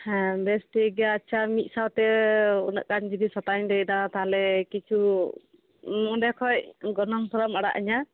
ᱦᱮᱸ ᱵᱮᱥ ᱴᱷᱤᱠ ᱜᱮᱭᱟ ᱟᱪᱪᱷᱟ ᱢᱤᱫ ᱥᱟᱶᱛᱮ ᱩᱱᱟᱹᱜ ᱜᱟᱱ ᱡᱤᱱᱤᱥ ᱦᱟᱛᱟᱣ ᱤᱧ ᱞᱟᱹᱭᱮᱫᱟ ᱛᱟᱦᱚᱞᱮ ᱠᱤᱪᱷᱩ ᱱᱚᱰᱮ ᱠᱷᱚᱱ ᱜᱚᱱᱚᱝ ᱛᱷᱚᱲᱟᱢ ᱟᱲᱟᱜ ᱟᱹᱧᱟᱹ